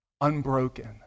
unbroken